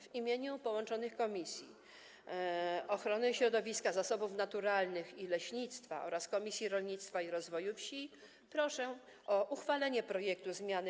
W imieniu połączonych Komisji: Ochrony Środowiska, Zasobów Naturalnych i Leśnictwa oraz Rolnictwa i Rozwoju Wsi proszę o uchwalenie projektu zmiany